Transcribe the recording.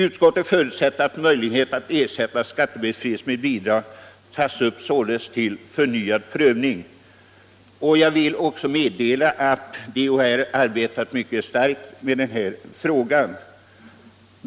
Utskottet förutsätter att möjligheterna att ersätta skattebefrielsen med bidrag således tas upp till förnyad prövning. Jag kan meddela att DHR arbetat mycket hår 140 med denna fråga.